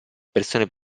persone